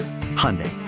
Hyundai